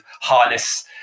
harness